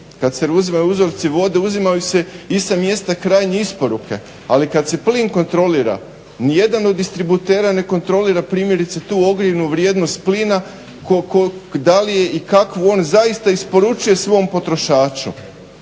Kad se uzimaju uzorci vode uzimaju se i sa mjesta krajnje isporuke, ali kad se plin kontrolira ni jedan od distributera ne kontrolira primjerice tu ogrjevnu vrijednost plina da li je i kakvu on zaista isporučuje svom potrošaču.